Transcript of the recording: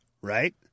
right